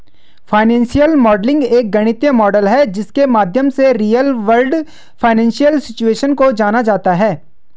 financial modelling एक गणितीय model है जिसके माध्यम से रियल वर्ल्ड फाइनेंशियल सिचुएशन को जाना जाता है